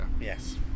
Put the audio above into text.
yes